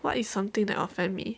what is something that offend me